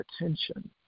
attention